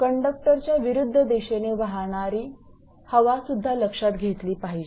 कंडक्टरच्या विरुद्ध दिशेने वाहणारी हवा सुद्धा लक्षात घेतली पाहिजे